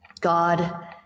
God